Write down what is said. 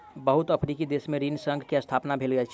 बहुत अफ्रीकी देश में ऋण संघ के स्थापना भेल अछि